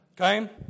Okay